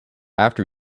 after